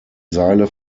seile